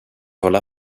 hålla